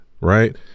right